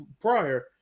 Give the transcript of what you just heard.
prior